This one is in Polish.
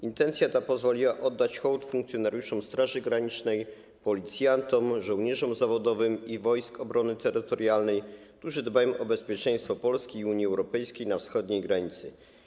Intencja ta pozwoliła oddać hołd funkcjonariuszom Straży Granicznej, policjantom, żołnierzom zawodowym i Wojsk Obrony Terytorialnej, którzy dbają o bezpieczeństwo Polski i Unii Europejskiej na wschodniej granicy.